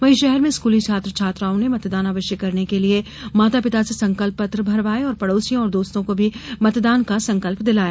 वहीं शहर में स्कूली छात्र छात्राओं ने मतदान अवश्य करने के लिये माता पिता से संकल्प पत्र भरवाये और पड़ोसियों और दोस्तों को भी मतदान का संकल्प दिलाया